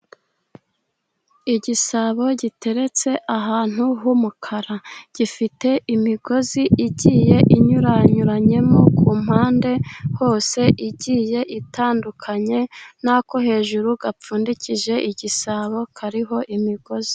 Igisabo giteretse ahantu h'umukara, gifite imigozi igiye inyuranyuranyemo ku mpande hose igiye itandukanye, nako hejuru gapfundikije igisabo kariho imigozi.